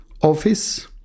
office